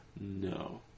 No